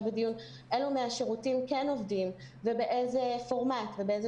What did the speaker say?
בדיון אילו מהשירותים כן עובדים ובאיזה פורמט ובאיזה